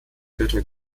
götter